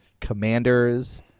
Commanders